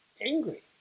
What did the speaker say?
angry